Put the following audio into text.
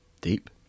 Deep